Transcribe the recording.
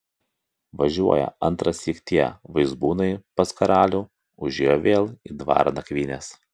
važiuoja antrąsyk tie vaizbūnai pas karalių užėjo vėl į dvarą nakvynės